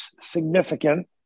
significant